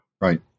right